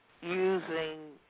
using